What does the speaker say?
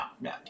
no